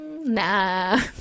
Nah